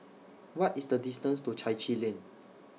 What IS The distance to Chai Chee Lane